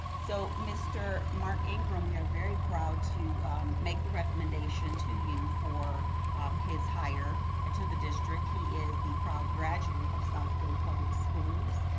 so mr. mark ingram, we are very proud to make the recommendation to you for um his hire and to the district. he is the proud graduate of southfield public schools,